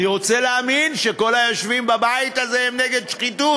אני רוצה להאמין שכל היושבים בבית הזה הם נגד שחיתות.